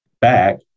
back